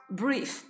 brief